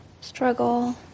Struggle